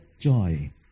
joy